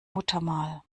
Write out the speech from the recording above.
muttermal